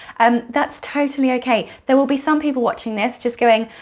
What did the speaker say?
and that's totally okay. there will be some people watching this, just going,